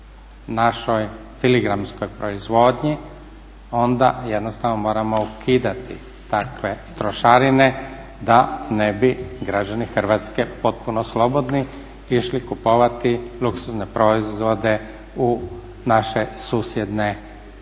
našoj filigranskoj proizvodnji onda jednostavno moramo ukidati takve trošarine da ne bi građani Hrvatske potpuno slobodni išli kupovati luksuzne proizvode u naše susjedne zemlje